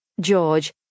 George